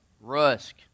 Rusk